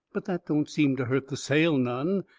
but that don't seem to hurt the sale none.